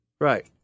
Right